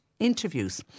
interviews